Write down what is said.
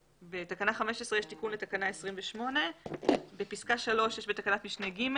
בתקנה 15 יש תיקון לתקנה 28. בפסקה (3) לתקנת משנה (ג),